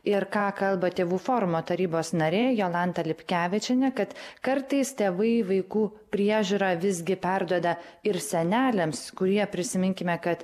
ir ką kalba tėvų forumo tarybos narė jolanta lipkevičienė kad kartais tėvai vaikų priežiūrą visgi perduoda ir seneliams kurie prisiminkime kad